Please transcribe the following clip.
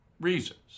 reasons